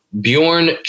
Bjorn